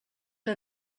que